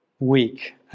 week